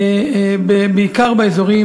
על-פי החוק הקיים